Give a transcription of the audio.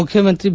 ಮುಖ್ಯಮಂತ್ರಿ ಬಿ